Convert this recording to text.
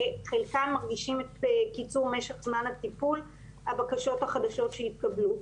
וחלקם מרגישים את קיצור משך זמן הטיפול הבקשות החדשות שהתקבלו.